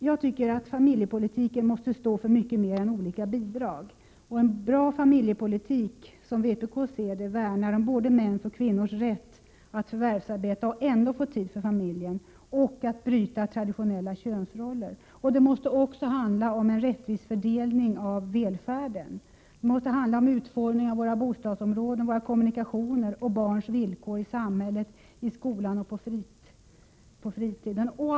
Jag tycker att familjepolitiken måste stå för mycket mer än olika bidrag. Som vpk ser det skall en bra familjepolitik värna om både mäns och kvinnors rätt att förvärvsarbeta och ändå få tid för familjen — och bryta traditionella könsroller. Det måste också handla om en rättvis fördelning av välfärden, om utformningen av våra bostadsområden, våra kommunikationer, och om barns villkor i samhället, i skolan och på fritiden.